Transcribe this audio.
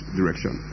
direction